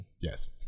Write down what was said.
Yes